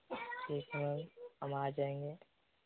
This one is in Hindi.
ठीक है हम आ जाएँगे